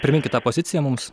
priminkit tą poziciją mums